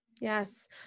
Yes